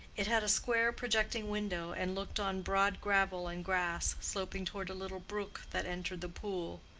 it had a square projecting window and looked on broad gravel and grass, sloping toward a little brook that entered the pool.